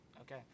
Okay